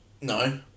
No